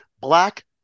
black